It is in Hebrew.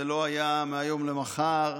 זה לא היה מהיום למחר,